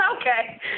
okay